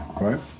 right